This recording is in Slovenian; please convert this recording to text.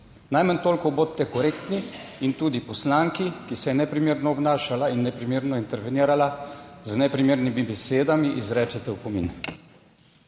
Najmanj toliko bodite korektni in tudi poslanki, ki se je neprimerno obnašala in neprimerno intervenirala z neprimernimi besedami, izrečete opomin.